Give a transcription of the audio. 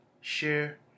share